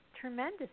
tremendous